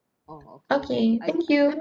okay thank you